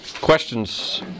questions